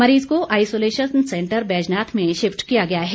मरीज़ को isolation centre Baijnath में शिफ्ट किया गया है